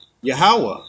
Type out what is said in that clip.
yahweh